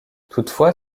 toutefois